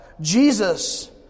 Jesus